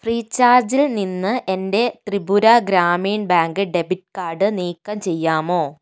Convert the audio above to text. ഫ്രീചാർജിൽ നിന്ന് എൻ്റെ Tripura Gramin bank debit card നീക്കം ചെയ്യാമോ